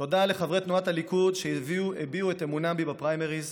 תודה לחברי תנועת הליכוד שהביעו את אמונם בי בפריימריז,